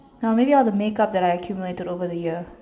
no maybe all the makeup that I accumulated over the year